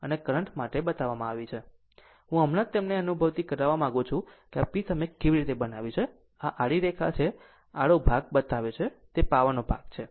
હું હમણાં જ તમને એવી અનુભૂતિ આપવા માંગું છું કે આ p તમે કેવી રીતે બનાવ્યું છે આ આડી રેખા છે આડો ભાગ બતાવ્યો છે તે પાવરનો ભાગ છે